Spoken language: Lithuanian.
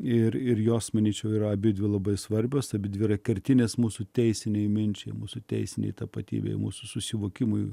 ir ir jos manyčiau yra abidvi labai svarbios abidvi kertinės mūsų teisinei minčiai mūsų teisinei tapatybei mūsų susivokimui